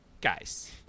guys